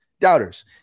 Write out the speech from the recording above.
doubters